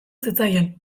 zitzaien